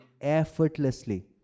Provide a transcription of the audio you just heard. effortlessly